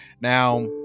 Now